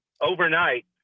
overnight